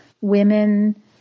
women